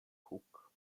huk